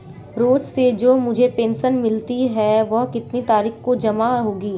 रोज़ से जो मुझे पेंशन मिलती है वह कितनी तारीख को जमा होगी?